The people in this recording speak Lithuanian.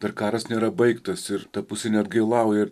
dar karas nėra baigtas ir ta pusė neatgailauja ir